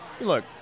look